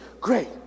Great